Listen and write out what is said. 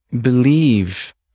believe